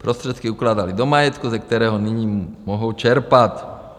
Prostředky ukládaly do majetku, ze kterého nyní mohou čerpat.